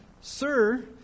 sir